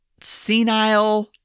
senile